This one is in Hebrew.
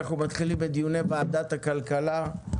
אנחנו מתחילים בדיוני ועדת הכלכלה.